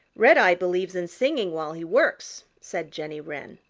redeye believes in singing while he works, said jenny wren.